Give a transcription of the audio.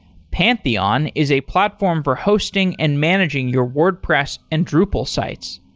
pantheon is a platform for hosting and managing your wordpress and drupal sites.